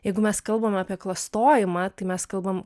jeigu mes kalbam apie klastojimą tai mes kalbam